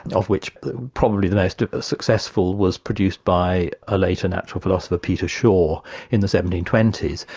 and of which probably the most successful was produced by a later natural philosopher, peter shaw in the seventeen twenty s.